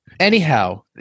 Anyhow